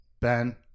Ben